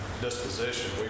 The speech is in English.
disposition